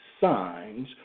signs